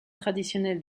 traditionnelles